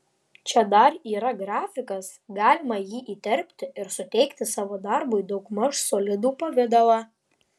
čia dar yra grafikas galima jį įterpti ir suteikti savo darbui daugmaž solidų pavidalą